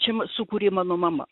čia m sukūrė mano mama